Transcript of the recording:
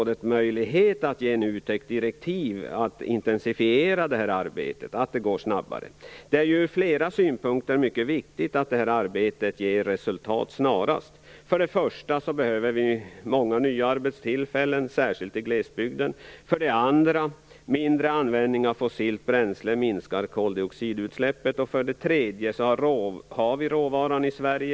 Det är ur flera synpunkter mycket viktigt att detta arbete ger resultat snarast. För det första behöver vi många nya arbetstillfällen, särskilt i glesbygden. För det andra minskar koldioxidutsläppen om vi använder mindre fossila bränslen. För det tredje har vi denna råvara i Sverige.